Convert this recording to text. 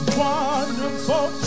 wonderful